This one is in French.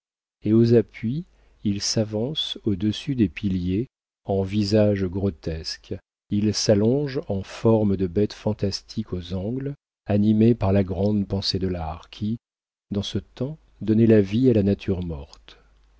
et aux appuis ils s'avancent au-dessus des piliers en visages grotesques ils s'allongent en forme de bêtes fantastiques aux angles animés par la grande pensée de l'art qui dans ce temps donnait la vie à la nature morte